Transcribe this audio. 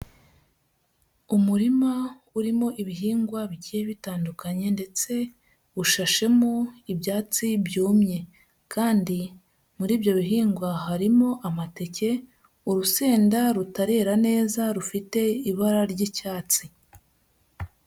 Umurima urimo ibihingwa bigiye bitandukanye ndetse ushashemo ibyatsi byumye kandi muri ibyo bihingwa harimo amateke, urusenda rutarera neza rufite ibara ry'icyatsi.